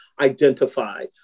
identify